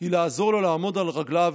היא לעזור לו לעמוד על רגליו,